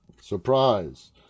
Surprise